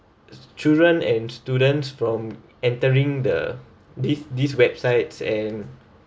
children and students from entering the these these websites and